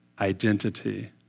identity